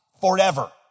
forever